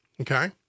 okay